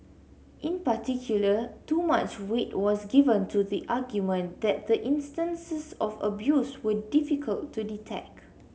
in particular too much weight was given to the argument that the instances of abuse were difficult to detect